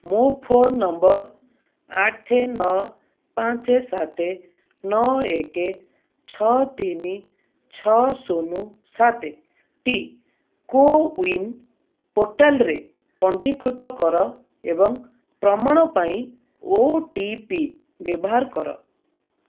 ମୋ phone number ଆଠ ନଅ ପାଞ୍ଚ ସାତ ନଅ ଏକେ ଛଅ ତିନି ଛଅ ଶୂନ ସାତଟି କୋୱିନ ପୋର୍ଟାଲରେ ପଞ୍ଜୀକୃତ କର ଏବଂ ପ୍ରମାଣ ପାଇଁ ଓ ଟି ପି ବ୍ୟବହାର କର